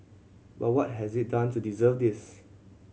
but what has it done to deserve this